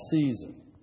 season